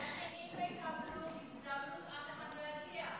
יסמין, אם הם לא יקבלו הזדמנות, אף אחד לא יגיע.